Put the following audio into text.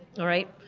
alright?